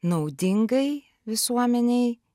naudingai visuomenei